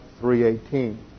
3.18